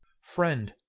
friend,